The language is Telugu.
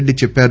రెడ్డి చెప్పారు